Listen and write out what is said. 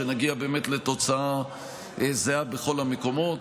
כדי שנגיע באמת לתוצאה זהה בכל המקומות,